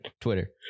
Twitter